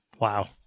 Wow